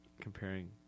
comparing